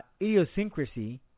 idiosyncrasy